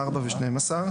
(4) ו-(12),